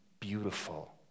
beautiful